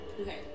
okay